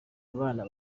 abana